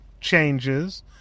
changes